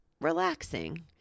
relaxing